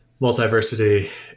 multiversity